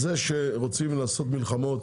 זה שרוצים לעשות מלחמות